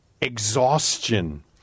exhaustion